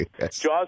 Jaws